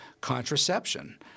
contraception